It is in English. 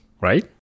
right